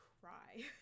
cry